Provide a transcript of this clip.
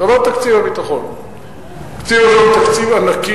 התקציב הזה הוא תקציב ענק,